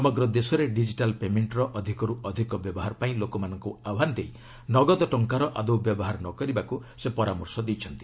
ସମଗ୍ର ଦେଶରେ ଡିଜିଟାଲ୍ ପେମେଣ୍ଟର ଅଧିକର୍ ଅଧିକ ବ୍ୟବହାର ପାଇଁ ଲୋକମାନଙ୍କୁ ଆହ୍ୱାନ ଦେଇ ନଗଦ ଟଙ୍କାର ଆଦୌ ବ୍ୟବହାର ନ କରିବାକୁ ସେ ପରାମର୍ଶ ଦେଇଛନ୍ତି